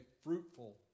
fruitful